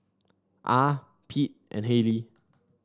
Ah Pete and Hayleigh